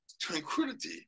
tranquility